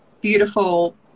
beautiful